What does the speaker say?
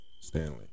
Stanley